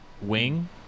wing